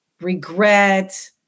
regret